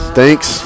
thanks